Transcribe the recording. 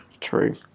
true